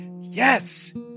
yes